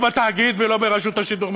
לא בתאגיד ולא ברשות השידור,